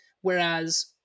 Whereas